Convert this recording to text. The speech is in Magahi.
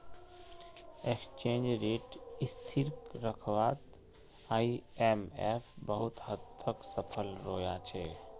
एक्सचेंज रेट स्थिर रखवात आईएमएफ बहुत हद तक सफल रोया छे